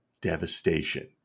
devastation